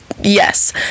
yes